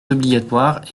obligatoires